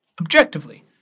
Objectively